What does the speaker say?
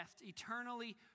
eternally